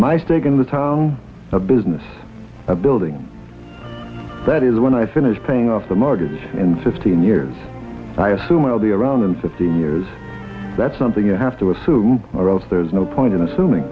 my steak in the town a business a building that is when i finish paying off the mortgage in fifteen years i assume i'll be around in fifteen years that's something you have to assume or else there's no point in assuming